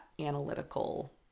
analytical